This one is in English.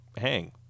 hang